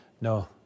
no